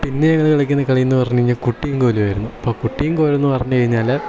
പിന്നെ ഇതിനിടക്ക് കളിക്കുന്ന കളി എന്ന് പറഞ്ഞുകഴിഞ്ഞാൽ കുട്ടിയും കോലും ആയിരുന്നു അപ്പോൾ കുട്ടിയും കോലുമെന്ന് പറഞ്ഞുകഴിഞ്ഞാൽ